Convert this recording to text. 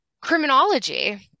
Criminology